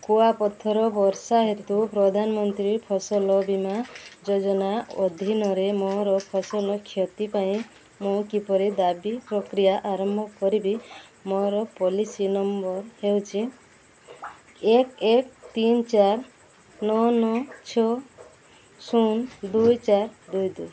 କୁଆପଥର ବର୍ଷା ହେତୁ ପ୍ରଧାନମନ୍ତ୍ରୀ ଫସଲ ବୀମା ଯୋଜନା ଅଧୀନରେ ମୋର ଫସଲ କ୍ଷତି ପାଇଁ ମୁଁ କିପରି ଦାବି ପ୍ରକ୍ରିୟା ଆରମ୍ଭ କରିବି ମୋର ପଲିସି ନମ୍ବର୍ ହେଉଛି ଏକ ଏକ ତିନ ଚାରି ନଅ ନଅ ଛଅ ଶୂନ ଦୁଇ ଚାରି ଦୁଇ ଦୁଇ